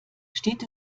steht